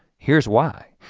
here's why.